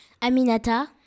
Aminata